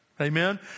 Amen